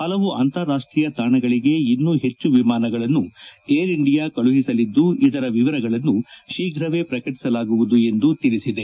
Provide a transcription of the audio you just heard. ಹಲವು ಅಂತಾರಾಷ್ಟೀಯ ತಾಣಗಳಿಗೆ ಇನ್ನೂ ಹೆಚ್ಚು ವಿಮಾನಗಳನ್ನು ಏರ್ ಇಂಡಿಯಾ ಕಳುಹಿಸಲಿದ್ದು ಇದರ ವಿವರಗಳನ್ನು ಶೀಫ್ರವೇ ಪ್ರಕಟಿಸಲಾಗುವುದು ಎಂದು ತಿಳಿಸಿದೆ